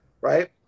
right